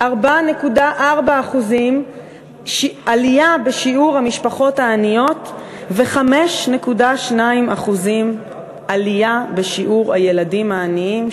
4.4% עלייה בשיעור המשפחות העניות ו-5.2% עלייה בשיעור הילדים העניים,